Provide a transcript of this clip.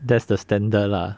that's the standard lah